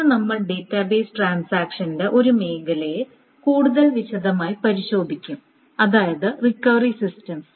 ഇന്ന് നമ്മൾ ഡാറ്റാബേസ് ട്രാൻസാക്ഷന്റെ ഒരു മേഖലയെ കൂടുതൽ വിശദമായി പരിശോധിക്കും അതായത് റിക്കവറി സിസ്റ്റംസ്